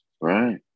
right